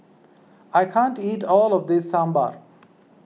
I can't eat all of this Sambar